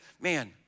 man